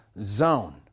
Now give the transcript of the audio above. zone